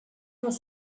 was